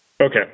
Okay